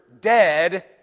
dead